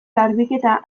garbiketa